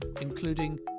including